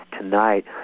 tonight